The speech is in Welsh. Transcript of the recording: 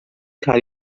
cael